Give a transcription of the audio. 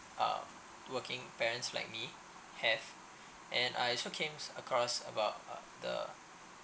um working parents like me have and I also came across about the